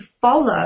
follow